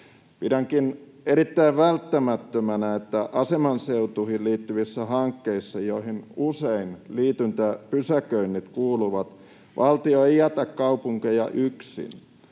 Pidänkin erittäin välttämättömänä, että aseman seutuihin liittyvissä hankkeissa, joihin usein liityntäpysäköinnit kuuluvat, valtio ei jätä kaupunkeja yksin.